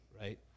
right